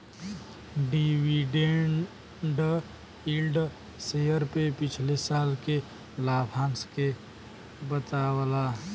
dividend yield share पे पिछले साल के लाभांश के बतावला